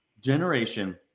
Generation